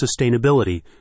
sustainability